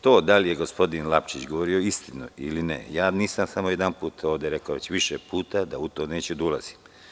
To da li je gospodin Lapčević govorio istinu ili ne, ja nisam samo jednom ovde rekao već više puta da u to neću da ulazim.